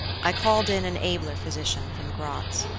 i called in an abler physician, from gratz.